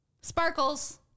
Sparkles